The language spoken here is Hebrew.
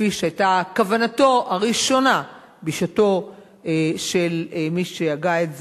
כפי שהיתה כוונתו הראשונה בשעתו של מי שהגה את זה,